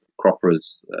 croppers